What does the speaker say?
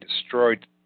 destroyed